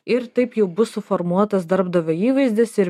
ir taip jau bus suformuotas darbdavio įvaizdis ir